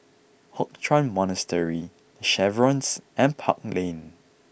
Hock Chuan Monastery The Chevrons and Park Lane